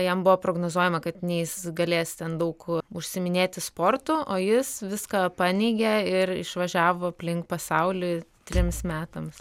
jam buvo prognozuojama kad nei jis galės ten daug užsiiminėti sportu o jis viską paneigė ir išvažiavo aplink pasaulį trims metams